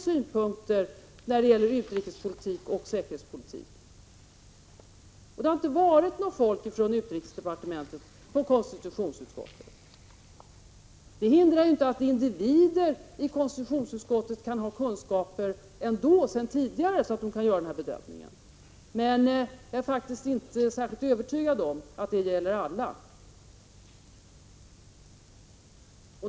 synpunkter när det gäller utrikespolitik och säkerhetspolitik. Det har inte varit något folk från utrikesdepartementet hos konstitutionsutskottet. Det hindrar ju inte att individer i konstitutionsutskottet ändå kan ha kunskaper sedan tidigare, så att de kan göra den här bedömningen. Men jag är faktiskt inte särskilt övertygad om att det gäller alla.